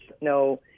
no